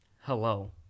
Hello